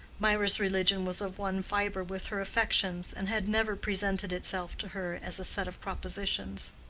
mirah's religion was of one fibre with her affections, and had never presented itself to her as a set of propositions.